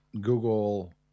Google